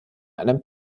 einem